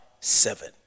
seven